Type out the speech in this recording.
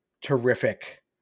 terrific